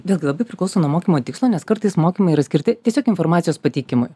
vėlgi labai priklauso nuo mokymo tikslo nes kartais mokymai yra skirti tiesiog informacijos pateikimui